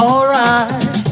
Alright